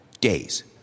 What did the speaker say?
days